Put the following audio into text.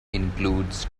includes